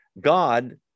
God